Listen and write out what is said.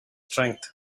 strength